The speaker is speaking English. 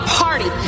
party